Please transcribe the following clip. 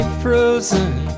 frozen